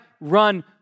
run